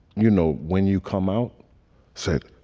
you know, when you come out said,